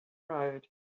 road